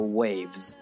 waves